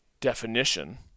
definition